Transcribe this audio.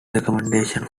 recommendations